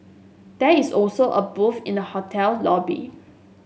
there is also a booth in the hotel lobby